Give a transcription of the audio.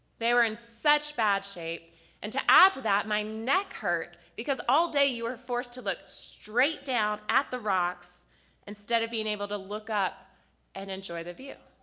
they were in such bad shape and to add to that my neck hurt because all day you were forced to look straight down at the rocks instead of being able to look up and enjoy the view.